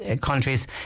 countries